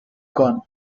gone